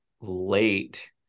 late